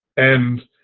and